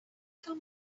tell